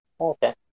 Okay